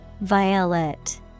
Violet